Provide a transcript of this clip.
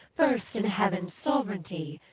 first in heaven's sovranty?